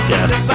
Yes